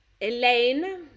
Elaine